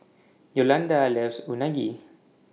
Yolanda loves Unagi